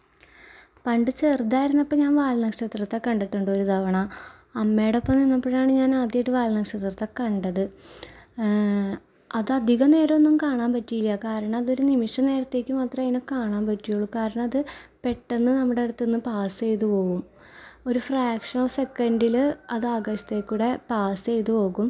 പണ്ട് ചെറുതായിരുന്നപ്പോൾ ഞാൻ വാൽ നക്ഷത്രത്തെ കണ്ടിട്ടുണ്ട് ഒരു തവണ അമ്മയോടൊപ്പം നിന്നപ്പോഴാണ് ഞാൻ ആദ്യമായിട്ട് വാൽ നക്ഷത്രത്തെ കണ്ടത് അത് അധികം നേരമൊന്നും കാണാൻ പറ്റിയില്ല കാരണം അതൊരു നിമിഷ നേരത്തേക്ക് മാത്രമെ അതിനെ കാണാൻ പറ്റിയുള്ളു കാരണം അത് പെട്ടെന്ന് നമ്മുടെ അടുത്ത് നിന്ന് പാസ് ചെയ്ത് പോവും ഒരു ഫ്രാക്ഷൻ ഓഫ് സെക്കൻഡിൽ അത് ആകാശത്തിൽ കൂടെ പാസ് ച യ്ത് പോകും